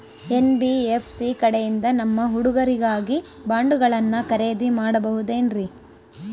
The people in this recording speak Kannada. ಎನ್.ಬಿ.ಎಫ್.ಸಿ ಕಡೆಯಿಂದ ನಮ್ಮ ಹುಡುಗರಿಗಾಗಿ ಬಾಂಡುಗಳನ್ನ ಖರೇದಿ ಮಾಡಬಹುದೇನ್ರಿ?